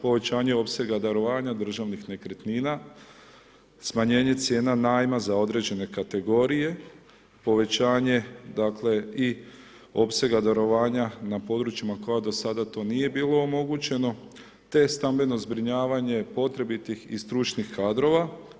Povećanje opsega darovanja državnih nekretnina, smanjenje cijena najma za određene kategorije, povećanje, dakle, i opsega darovanja na područjima koja do sada to nije bilo omogućeno, te stambeno zbrinjavanje potrebitih i stručnih kadrova.